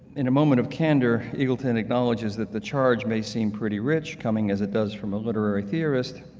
in a moment of candor, eagleton acknowledges that the charge may seem pretty rich coming as it does from a literary theorist,